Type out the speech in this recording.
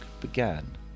began